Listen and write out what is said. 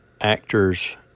actors